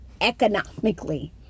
economically